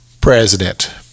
president